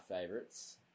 favorites